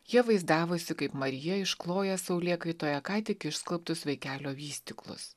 jie vaizdavosi kaip marija iškloja saulėkaitoje ką tik išskalbtus vaikelio vystyklus